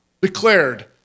declared